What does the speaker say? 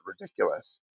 ridiculous